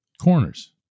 Corners